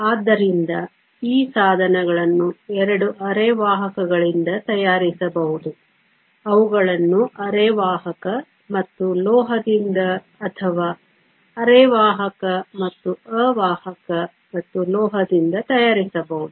ಆದ್ದರಿಂದ ಈ ಸಾಧನಗಳನ್ನು ಎರಡು ಅರೆವಾಹಕಗಳಿಂದ ತಯಾರಿಸಬಹುದು ಅವುಗಳನ್ನು ಅರೆವಾಹಕ ಮತ್ತು ಲೋಹದಿಂದ ಅಥವಾ ಅರೆವಾಹಕ ಮತ್ತು ಅವಾಹಕ ಮತ್ತು ಲೋಹದಿಂದ ತಯಾರಿಸಬಹುದು